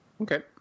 Okay